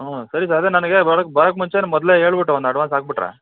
ಹ್ಞೂ ಸರಿ ಸಾರ್ ಅದೇ ನನಗೆ ಬರೋಕೆ ಬರೋಕೆ ಮುಂಚೆ ಮೊದಲೇ ಹೇಳಿಬಿಟ್ಟು ಒಂದು ಅಡ್ವಾನ್ಸ್ ಹಾಕಿಬಿಟ್ರೆ